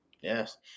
Yes